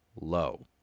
low